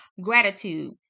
gratitude